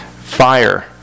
Fire